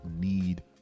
need